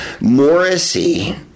Morrissey